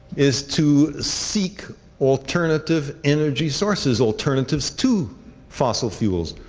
is to seek alternative energy sources, alternatives to fossil fuels.